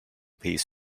piece